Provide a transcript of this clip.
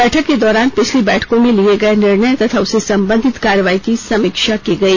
बैठक के दौरान पिछली बैठकों में लिए गए निर्णय तथा उससे संबंधित कार्रवाई की समीक्षा की गई